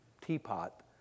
teapot